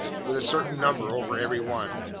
with a certain number over every one.